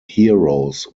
heroes